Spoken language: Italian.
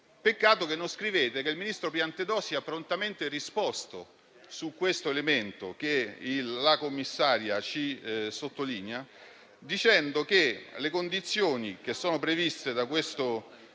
Peccato che non scrivete che il ministro Piantedosi abbia prontamente risposto su questo elemento che la commissaria sottolinea, dicendo che le condizioni previste da questo